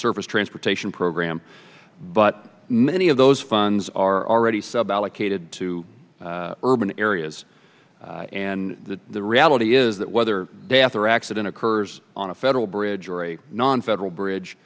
surface transportation program but many of those funds are already sub allocated to urban areas and the reality is that whether death or accident occurs on a federal bridge or a nonfederal bridge